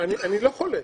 אני לא חולק.